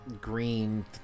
green